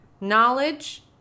knowledge